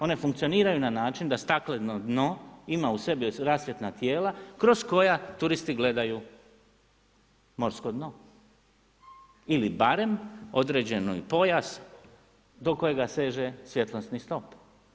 One funkcioniraju na način da stakleno dno ima u sebi rasvjetna tijela kroz koja turisti gledaju morsko dno, ili barem određeni pojas do kojega seže svjetlosni snop.